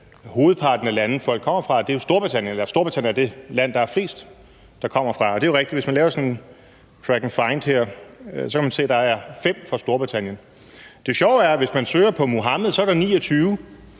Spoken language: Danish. flere gange hørt hr. Rasmus Stoklund sige, at Storbritannien er det land, der er flest, der kommer fra, og det er jo rigtigt. Hvis man laver sådan en track and find, kan man se, at der er 5 fra Storbritannien. Det sjove er, at hvis man søger på Mohammed, er der 29.